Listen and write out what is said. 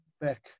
back